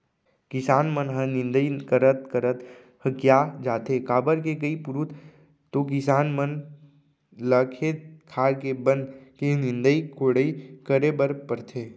किसान मन ह निंदई करत करत हकिया जाथे काबर के कई पुरूत के तो किसान मन ल खेत खार के बन के निंदई कोड़ई करे बर परथे